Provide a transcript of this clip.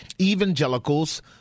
evangelicals